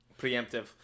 Preemptive